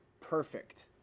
Perfect